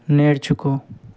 నేర్చుకో